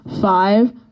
five